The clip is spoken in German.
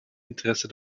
interesse